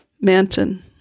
Manton